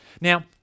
Now